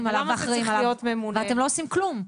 עליו ואחראיים עליו ואתם לא עושים כלום.